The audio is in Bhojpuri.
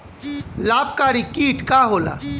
लाभकारी कीट का होला?